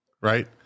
right